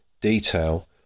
detail